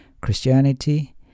Christianity